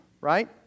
right